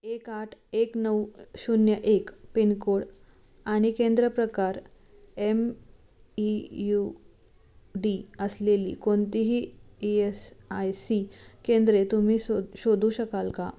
एक आठ एक नऊ शून्य एक पिनकोड आणि केंद्र प्रकार एम ई यू डी असलेली कोणतीही ई एस आय सी केंद्रे तुम्ही सो शोधू शकाल का